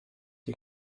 you